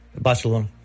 Barcelona